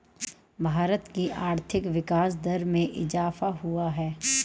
भारत की आर्थिक विकास दर में इजाफ़ा हुआ है